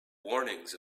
warnings